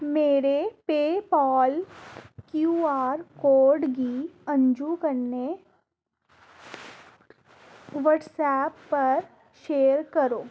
मेरे पेऽ पाल क्यू आर कोड गी अंजु कन्नै व्हाट्सऐप पर शेयर करो